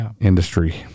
industry